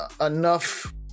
enough